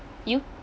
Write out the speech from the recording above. you